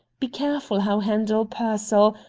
be careful how handle pearsall,